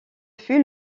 fut